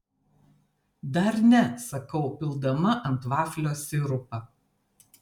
dar ne sakau pildama ant vaflio sirupą